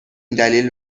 دلیل